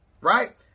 right